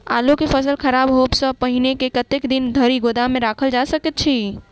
आलु केँ फसल खराब होब सऽ पहिने कतेक दिन धरि गोदाम मे राखल जा सकैत अछि?